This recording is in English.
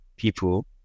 people